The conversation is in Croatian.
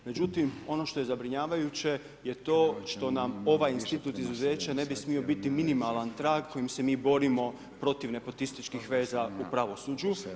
Međutim, ono što je zabrinjavajuće je to što nam ovaj institut izuzeća ne bi smio biti minimalan trag kojim se mi borimo protiv nepotističkih veza u pravosuđu.